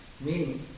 Meaning